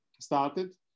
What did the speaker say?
started